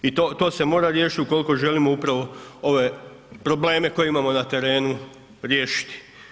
I to se mora riješiti ukoliko želimo upravo ove probleme koje imamo na terenu riješiti.